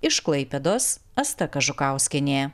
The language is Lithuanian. iš klaipėdos asta kažukauskienė